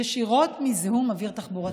מזיהום אוויר תחבורתי.